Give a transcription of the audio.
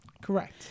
Correct